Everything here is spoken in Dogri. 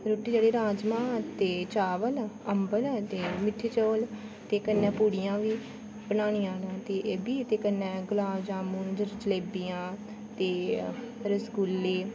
राजमां चौल अबंल ते मिट्ठे चौल ते कन्नै पूड़ियां बी बनानियां न ते कन्नै गलाब जामून ते जलेबियां ते रसगुल्ले